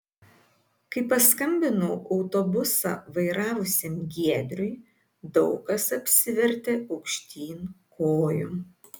kai paskambinau autobusą vairavusiam giedriui daug kas apsivertė aukštyn kojom